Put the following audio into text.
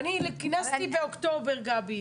אני כינסתי באוקטובר, גבי.